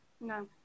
No